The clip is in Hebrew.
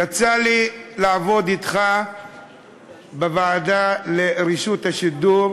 יצא לי לעבוד אתך בוועדה לחוק השידור,